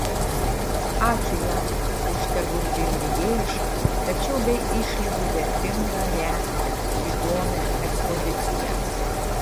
ačiū jam už tegul ir mėgėjišką tačiau be išlygų vertingą retą įdomią ekspoziciją